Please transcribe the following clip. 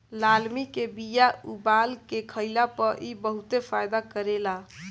लालमि के बिया उबाल के खइला पर इ बहुते फायदा करेला